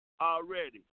already